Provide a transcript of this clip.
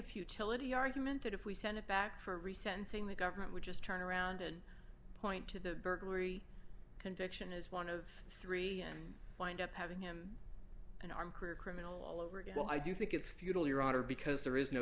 futility argument that if we send it back for a recess and saying the government would just turn around and point to the burglary conviction as one of three and wind up having him and i'm career criminal all over it well i do think it's futile your honor because there is no